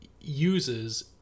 uses